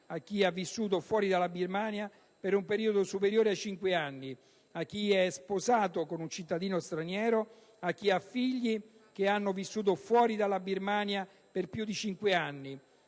a chi ha vissuto fuori dalla Birmania per un periodo superiore ai 5 anni, a chi è sposato con un cittadino straniero, a chi ha figli che hanno vissuto fuori dalla Birmania per più di cinque anni.